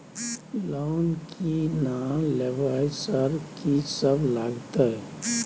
Loan की ना लेबय सर कि सब लगतै?